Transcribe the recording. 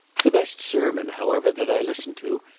the best sermon, however, that i listened to,